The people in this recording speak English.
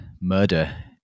murder